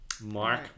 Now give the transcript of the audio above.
Mark